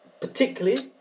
particularly